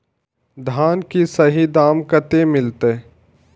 धान की सही दाम कते मिलते?